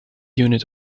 unit